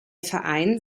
verein